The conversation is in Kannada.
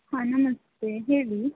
ಹಾಂ ನಮಸ್ತೆ ಹೇಳಿ